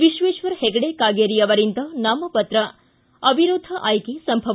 ವಿಶ್ವೇಶ್ವರ ಹೆಗಡೆ ಕಾಗೇರಿ ಅವರಿಂದ ನಾಮಪತ್ರ ಅವಿರೋಧ ಆಯ್ಕೆ ಸಂಭವ